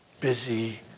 busy